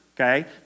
okay